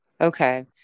okay